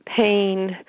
pain